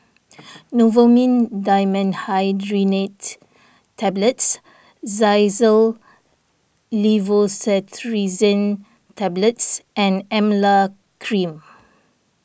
Novomin Dimenhydrinate Tablets Xyzal Levocetirizine Tablets and Emla Cream